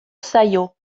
zaio